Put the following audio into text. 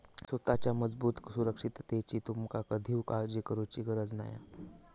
सुताच्या मजबूत सुरक्षिततेची तुमका कधीव काळजी करुची गरज नाय हा